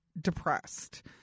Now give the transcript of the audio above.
depressed